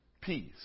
Peace